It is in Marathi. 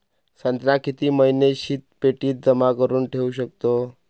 संत्रा किती महिने शीतपेटीत जमा करुन ठेऊ शकतो?